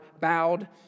bowed